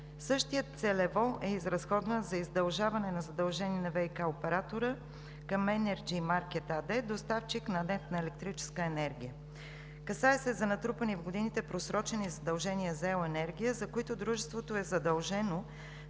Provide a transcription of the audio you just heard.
Същият целево е изразходван за издължаване на задължение на ВиК оператора към „Енерджи Маркет“ АД – доставчик на нетна електрическа енергия. Касае се за натрупани в годините просрочени задължения за електрическа енергия, за които дружеството е задължено